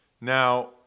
Now